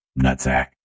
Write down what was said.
nutsack